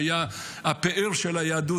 שהיה הפאר של היהדות.